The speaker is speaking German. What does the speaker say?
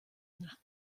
nach